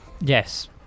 yes